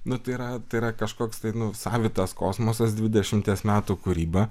nu tai yra tai yra kažkoks tai savitas kosmosas dvidešimties metų kūryba